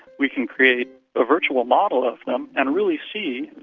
we can create a virtual model of them and really see,